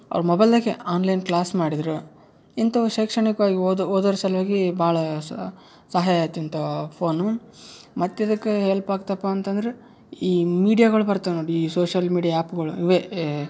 ಅವ್ರ ಮೊಬೈಲ್ದಾಗೇ online class ಮಾಡಿದರು ಇಂಥವು ಶೈಕ್ಷಣಿಕವಾಗಿ ಓದೋ ಓದೋರ ಸಲುವಾಗಿ ಭಾಳ ಸಹಾಯ ಆಯ್ತು ಇಂಥ ಫೋನು ಮತ್ತು ಎದಕ್ಕೆ ಹೆಲ್ಪ್ ಆಗ್ತಪ್ಪ ಅಂತಂದ್ರೆ ಈ ಮೀಡ್ಯಾಗಳು ಬರ್ತಾವೆ ನೋಡಿ ಈ ಸೋಶಲ್ ಮೀಡ್ಯ ಆ್ಯಪ್ಗಳು ಇವೆ ಎ